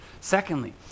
Secondly